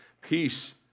Peace